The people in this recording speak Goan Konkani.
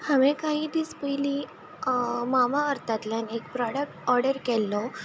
हांवें काही दीस पयलीं मामा अर्तांतल्यान एक प्रोडक्ट ऑर्डर केल्लो आनी